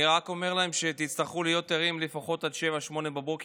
אני רק אומר להם שתצטרכו להיות ערים לפחות עד 07:00 או 08:00,